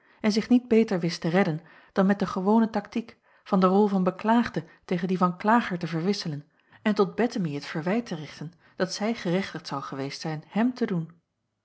en zich niet beter wist te redden dan met de gewone taktiek van de rol van beklaagde tegen die van klager te verwisselen en tot bettemie het verwijt te richten dat zij gerechtigd zou geweest zijn hem te doen